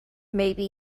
maybe